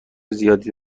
زیادی